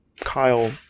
Kyle